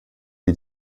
wie